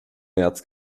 märz